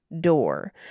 door